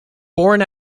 born